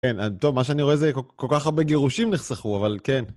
כן, טוב, מה שאני רואה זה כל כך הרבה גירושים נחסכו, אבל כן.